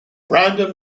brandon